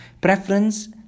Preference